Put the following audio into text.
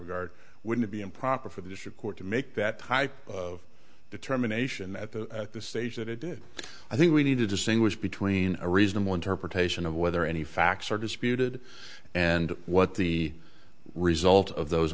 regard wouldn't be improper for the district court to make that type of determination at the at this stage that it did i think we need to distinguish between a reasonable interpretation of whether any facts are disputed and what the result of those